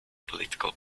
political